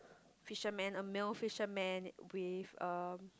fisherman a male fisherman with um